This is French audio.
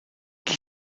qui